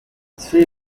three